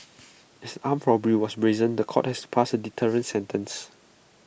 as armed robbery was brazen The Court has pass A deterrent sentence